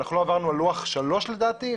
ואנחנו לא עברנו על לוח שלוש לדעתי,